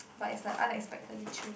but it's like unexpectedly chill